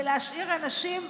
זה להשאיר אנשים,